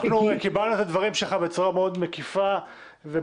אנחנו קיבלנו את הדברים שלך בצורה מאוד מקיפה וברורה.